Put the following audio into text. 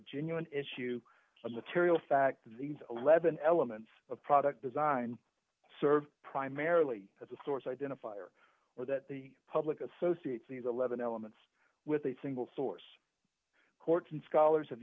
genuine issue of material fact that these eleven elements of product design serve primarily as a source identifier or that the public associates these eleven elements with a single source courts and scholars